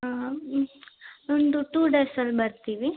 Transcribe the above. ಹಾಂ ಹ್ಞೂ ಒಂದು ಟು ಡೇಸಲ್ಲಿ ಬರ್ತೀವಿ